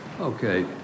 Okay